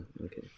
Okay